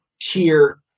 tier